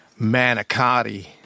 manicotti